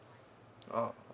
oh